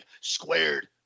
squared